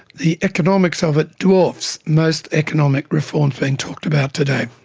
the economics of it dwarfs most economic reforms being talked about today.